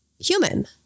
human